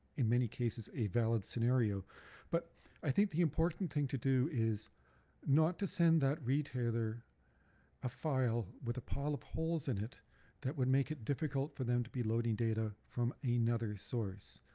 in many cases, a valid scenario but i think the important thing to do is not to send that retailer a file with a pile of holes in it that would make it difficult for them to be loading data from another source.